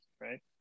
right